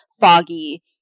foggy